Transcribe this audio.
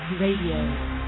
Radio